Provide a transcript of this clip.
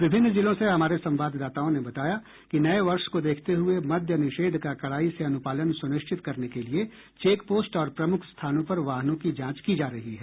विभिन्न जिलों से हमारे संवाददाताओं ने बताया कि नये वर्ष को देखते हुए मद्यनिषेध का कड़ाई से अनुपालन सुनिश्चित करने के लिये चेकपोस्ट और प्रमुख स्थानों पर वाहनों की जांच की जा रही है